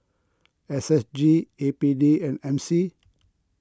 S S G A P D and M C